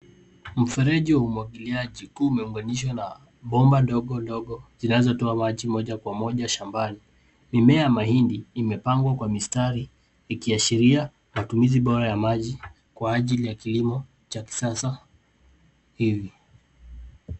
Mfereji wa umwagiliaji ukiwa umeunganishwa na bomba ndogondogo zinazotoa maji moja kwa moja shambani. Mimea ya mahindi, imepangwa kwa mistari ikiashiria matumizi bora ya maji kwa ajili ya kilimo cha kisasa hivi.